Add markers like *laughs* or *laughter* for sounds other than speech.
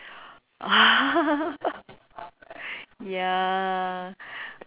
uh *laughs* ya